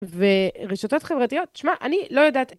ורשתות חברתיות. תשמע, אני לא יודעת...